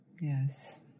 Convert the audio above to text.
Yes